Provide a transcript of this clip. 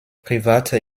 private